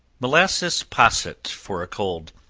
molasses posset for a cold.